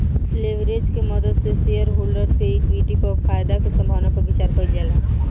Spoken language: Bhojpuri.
लेवरेज के मदद से शेयरहोल्डर्स के इक्विटी पर फायदा के संभावना पर विचार कइल जाला